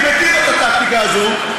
אני מכיר את הטקטיקה הזאת,